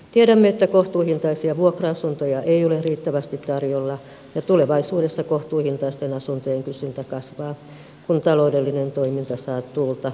tiedämme että kohtuuhintaisia vuokra asuntoja ei ole riittävästi tarjolla ja tulevaisuudessa kohtuuhintaisten asuntojen kysyntä kasvaa kun taloudellinen toiminta saa tuulta siipiensä alle